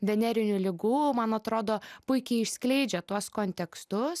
venerinių ligų man atrodo puikiai išskleidžia tuos kontekstus